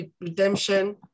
redemption